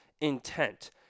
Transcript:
intent